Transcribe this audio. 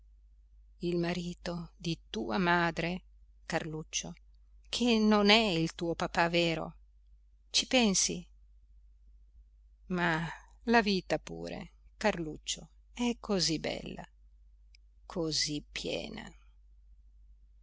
il marito di tua madre carluccio che non è il tuo papà vero ci pensi ma la vita pure carluccio è così bella così piena